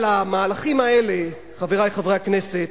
אבל המהלכים האלה, חברי חברי הכנסת,